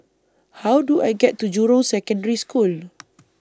How Do I get to Jurong Secondary School